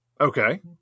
Okay